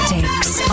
Takes